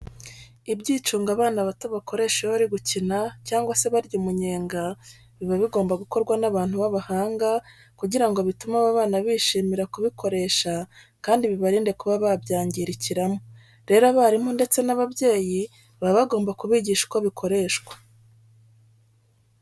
Ibyicungo abana bato bakoresha iyo bari gukina cyangwa se barya umunyenga, biba bigomba gukorwa n'abantu b'abahanga kugira ngo bitume aba bana bishimira kubikoresha kandi bibarinde kuba babyangirikiramo. Rero abarimu ndetse n'ababyeyi baba bagomba kubigisha uko bikoreshwa.